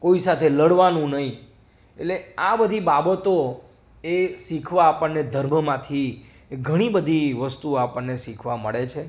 કોઈ સાથે લડવાનું નહીં એટલે આ બધી બાબતો એ શીખવા આપણને ધર્મમાંથી ઘણી બધી વસ્તુઓ આપણને શીખવા મળે છે